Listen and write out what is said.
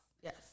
Yes